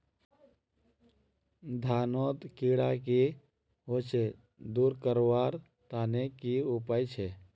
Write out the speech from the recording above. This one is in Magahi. धानोत कीड़ा की होचे दूर करवार तने की उपाय छे?